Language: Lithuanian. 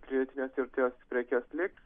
pridėtinės vertės prekes liks